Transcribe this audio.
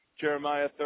Jeremiah